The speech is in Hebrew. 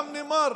גם ניימאר